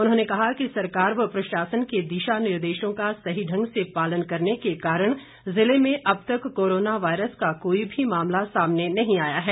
उन्होंने कहा कि सरकार व प्रशासन के दिशा निर्देशों का सही ढंग से पालन करने के कारण जिले में अब तक कोरोना वायरस का कोई भी मामला सामने नहीं आया है